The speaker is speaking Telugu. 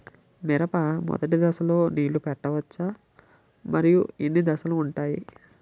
మిరప మొదటి దశలో నీళ్ళని పెట్టవచ్చా? మరియు ఎన్ని దశలు ఉంటాయి?